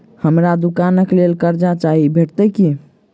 हमरा दुकानक लेल कर्जा चाहि भेटइत की?